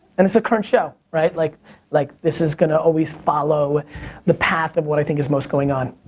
and it's a current show, right. like like this is gonna always follow the path of what i think is most going on.